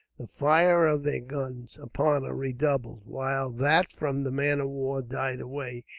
the fire of their guns upon her redoubled, while that from the man-of-war died away,